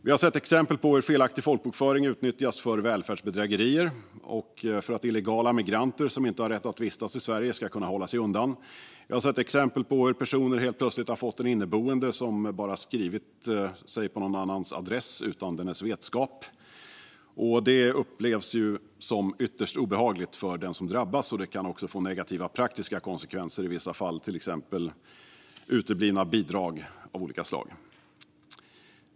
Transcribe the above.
Vi har sett exempel på hur felaktig folkbokföring utnyttjas för välfärdsbedrägerier och för att illegala migranter som inte har rätt att vistas i Sverige ska kunna hålla sig undan. Vi har sett exempel på hur personer helt plötsligt fått en inneboende som bara skrivit sig på någon annans adress utan dennes vetskap. Det upplevs som ytterst obehagligt av den som drabbas och kan i vissa fall också få negativa praktiska konsekvenser, till exempel uteblivna bidrag av olika slag.